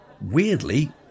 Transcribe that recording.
weirdly